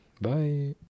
Bye